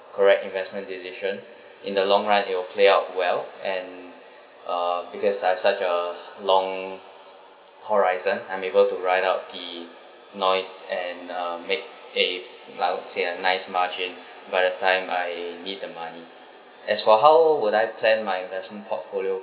correct investment decision in the long run it will play out well and uh because I've such a long horizon I'm able to write out the noise and um make that is loud say a nice margin by the time I need the money as for how would I plan my investment portfolio